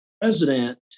president